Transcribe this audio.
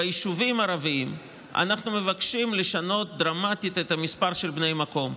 ביישובים הערביים אנחנו מבקשים לשנות דרמטית את המספר של בני המקום,